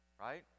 right